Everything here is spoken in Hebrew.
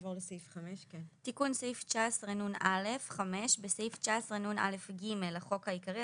תיקון סעיף 19נא 5. בסעיף 19נא(ג) לחוק העיקרי,